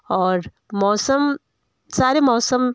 और मौसम सारे मौसम